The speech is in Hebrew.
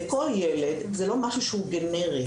לכל ילד זה לא משהו שהוא גנרי,